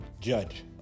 Judge